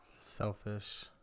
Selfish